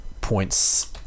points